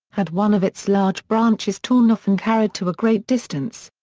had one of its large branches torn off and carried to a great distance.